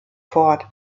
fort